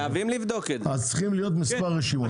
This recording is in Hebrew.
צריכות להיות מספר רשימות.